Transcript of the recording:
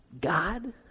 God